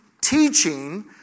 teaching